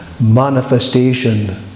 manifestation